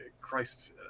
Christ